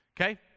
Okay